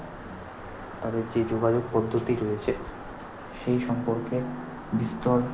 তাদের যে যোগাযোগ পদ্ধতি রয়েছে সেই সম্পর্কে বিস্তর